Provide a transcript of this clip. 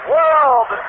World